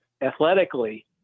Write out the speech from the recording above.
athletically